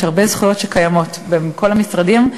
יש הרבה זכויות שקיימות בכל המשרדים,